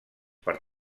per